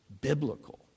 biblical